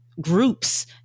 groups